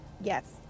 Yes